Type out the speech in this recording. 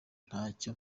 ntacyo